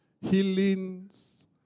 healings